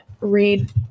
read